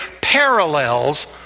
parallels